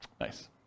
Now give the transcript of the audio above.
Nice